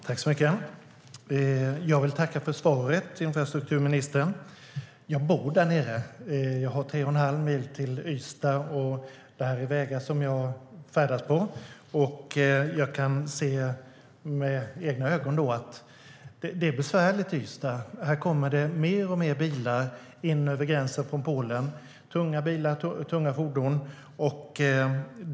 STYLEREF Kantrubrik \* MERGEFORMAT Svar på interpellationerJag bor där nere och har tre och en halv mil till Ystad. Jag färdas på dessa vägar och kan med egna ögon se att det är besvärligt i Ystad. Det kommer fler och fler bilar från Polen in över gränsen, och det är tunga fordon.